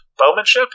Bowmanship